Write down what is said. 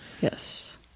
Yes